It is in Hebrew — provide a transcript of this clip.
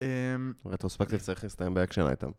אממ... אתה מספק לי שצריך להסתיים באקשן אייטם